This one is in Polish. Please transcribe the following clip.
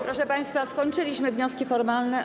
Proszę państwa, skończyliśmy wnioski formalne.